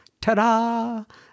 Ta-da